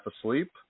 asleep